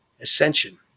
ascension